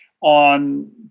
on